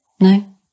No